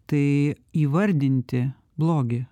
tai įvardinti blogį